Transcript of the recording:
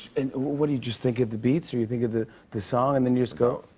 and what, do you just think of the beats, or you think of the the song, and then you just go?